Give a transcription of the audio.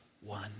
one